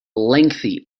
lengthy